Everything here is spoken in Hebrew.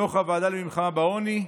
דוח הוועדה למלחמה בעוני,